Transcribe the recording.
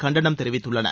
கண்டனம் தெரிவித்துள்ளன